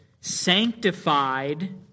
sanctified